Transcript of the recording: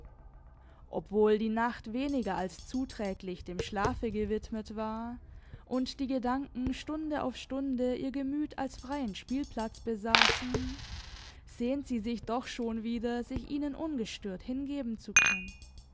obwohl die nacht weniger als zuträglich dem schlafe gewidmet war und die gedanken stunde auf stunde ihr gemüt als freien spielplatz besaßen sehnt sie sich doch schon wieder sich ihnen ungestört hingeben zu können